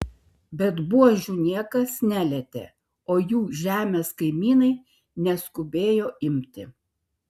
bet buožių niekas nelietė o jų žemės kaimynai neskubėjo imti